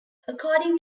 according